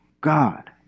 God